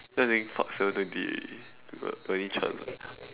then I was thinking fuck seven twenty we got only chance ah